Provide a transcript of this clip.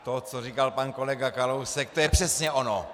To, co říkal pan kolega Kalousek, to je přesně ono.